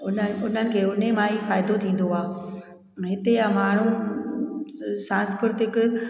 उन उन्हनि खे उन मां ई फ़ाइदो थींदो आहे हिते जा माण्हू सांस्कृतिक